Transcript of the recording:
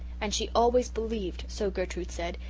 and she always believed, so gertrude said,